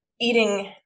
eating